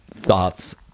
thoughts